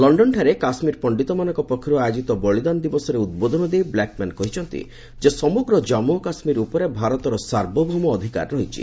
ଲଣ୍ଡନଠାରେ କାଶ୍ମୀର ପଣ୍ଡିତମାନଙ୍କ ପକ୍ଷରୁ ଆୟୋଜିତ ବଳିଦାନ ଦିବସରେ ଉଦ୍ବୋଧନ ଦେଇ ବ୍ଲାକ୍ମ୍ୟାନ୍ କହିଛନ୍ତି ଯେ ସମଗ୍ର ଜାମ୍ଗୁ ଓ କାଶ୍ମୀର ଉପରେ ଭାରତର ସାର୍ବଭୌମ ଅଧିକାର ରହିଛି